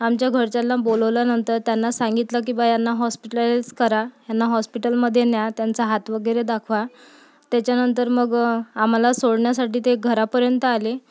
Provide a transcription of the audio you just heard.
आमच्या घरच्याना बोलावल्यानंतर त्यांना सांगितलं की बा यांना हॉस्पिटलाईज करा यांना हॉस्पिटलमध्ये न्या त्यांचा हात वगैरे दाखवा त्याच्यानंतर मग आम्हाला सोडण्यासाठी ते घरापर्यंत आले